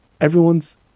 everyone's